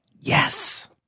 Yes